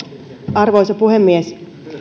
arvoisa puhemies